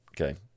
Okay